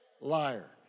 liar